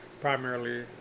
primarily